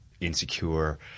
insecure